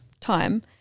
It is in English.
time